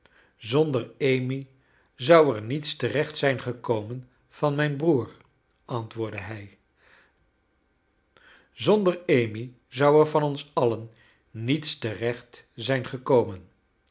zonder amy zou er niets terecht zijn gekomen van mijn broer antwoordde hij zonder amy zou er van ons alien niets terecht zijn gekomen